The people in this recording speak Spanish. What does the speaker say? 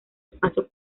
espacio